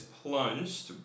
plunged